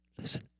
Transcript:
Listen